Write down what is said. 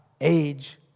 age